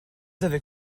avec